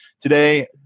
today